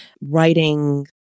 writing